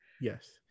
Yes